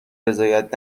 رضایت